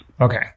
Okay